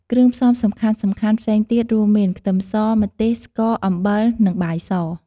គ្រឿងផ្សំសំខាន់ៗផ្សេងទៀតរួមមាន ខ្ទឹមស ម្ទេស ស្ករ អំបិល និងបាយស។